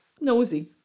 nosy